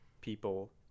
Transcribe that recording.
people